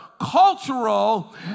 cultural